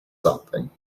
something